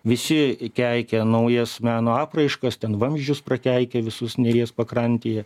visi keikia naujas meno apraiškas ten vamzdžius prakeikė visus neries pakrantėje